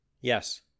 Yes